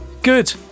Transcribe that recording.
good